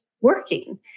working